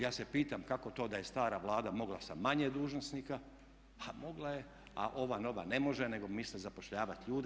Ja se pitam kako to da je stara Vlada mogla sa manje dužnosnika, a mogla je, a ova nova ne može, nego misle zapošljavat ljude.